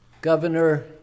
Governor